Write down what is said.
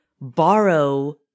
borrow